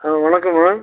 ஆ வணக்கம் மேம்